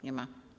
Nie ma.